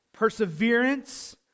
Perseverance